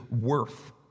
worth